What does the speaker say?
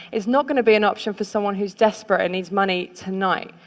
it's not going to be an option for someone who's desperate and needs money tonight.